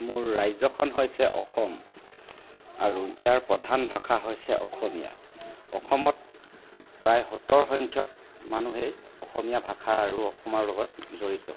মোৰ ৰাজ্যখন হৈছে অসম আৰু ইয়াৰ প্ৰধান ভাষা হৈছে অসমীয়া অসমত প্ৰায় সত্তৰ সংখ্যক মানুহেই অসমীয়া ভাষা আৰু অসমৰ লগত জড়িত